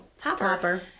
topper